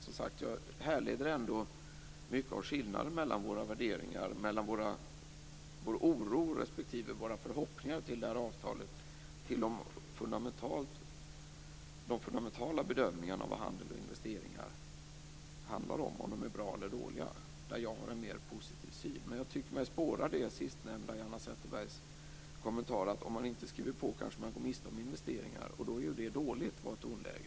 Jag härleder, som sagt, mycket av skillnaderna vad gäller våra värderingar - vår oro över respektive våra förhoppningar om det här avtalet - till våra fundamentala bedömningar av om handel och investeringar är något bra eller något dåligt. Där har jag en mer positiv syn. Jag tycker mig dock spåra något av en sådan i Hanna Zetterbergs kommentar att om man inte skriver på, kanske man går miste om investeringar. Tonläget sade att det skulle vara något dåligt.